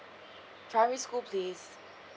primary school place